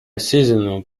seasonal